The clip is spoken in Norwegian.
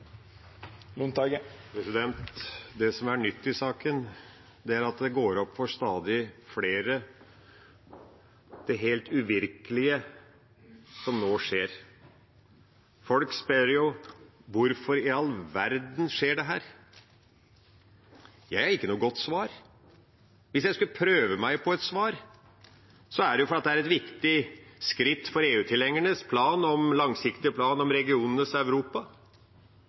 Det som er nytt i saken, er at det går opp for stadig flere, det helt uvirkelige som nå skjer. Folk spør: Hvorfor i all verden skjer dette? Jeg har ikke noe godt svar. Hvis jeg skulle prøve meg på et svar, så er det fordi det er et viktig skritt for EU-tilhengernes langsiktige plan om regionenes Europa,